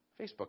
Facebook